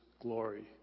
glory